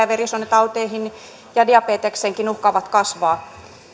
verisuonitauteihin ja diabetekseenkin uhkaavat kasvaa